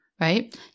Right